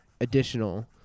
additional